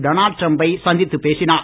Donald Trump பை சந்தித்து பேசினார்